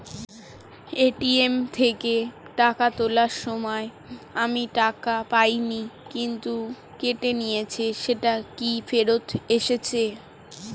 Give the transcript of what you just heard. ATM থেকে টাকা তোলার সময় আমি টাকা পাইনি কিন্তু কেটে নিয়েছে সেটা কি ফেরত এসেছে?